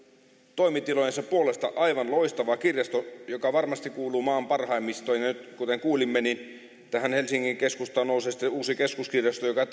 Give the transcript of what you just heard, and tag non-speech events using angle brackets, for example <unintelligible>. toimitilojensa puolesta aivan loistava kirjasto joka varmasti kuuluu maan parhaimmistoon ja nyt kuten kuulimme tähän helsingin keskustaan nousee sitten uusi keskuskirjasto joka <unintelligible>